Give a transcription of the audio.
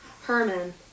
Herman